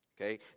Okay